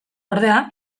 ordea